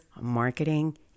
marketing